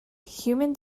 human